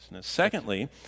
Secondly